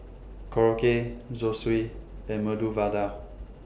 Korokke Zosui and Medu Vada